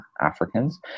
Africans